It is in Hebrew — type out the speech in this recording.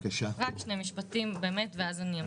באמת רק שני משפטים ואז אני אמשיך.